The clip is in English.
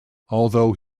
although